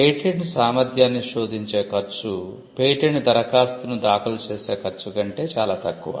patent సామర్థ్యాన్ని శోధించే ఖర్చు పేటెంట్ దరఖాస్తును దాఖలు చేసే ఖర్చు కంటే చాలా తక్కువ